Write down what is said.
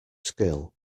skill